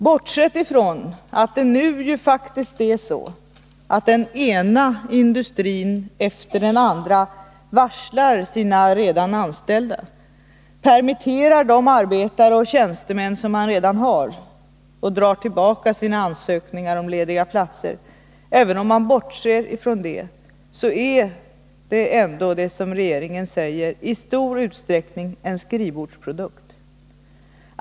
Men faktum är ju att den ena industrin efter den andra varslar sina redan anställda, permitterar de arbetare och tjänstemän de redan har och drar tillbaka sina ansökningar om” lediga platser. Men även om man bortser från detta är det som regeringen säger i stor utsträckning en skrivbordsprodukt.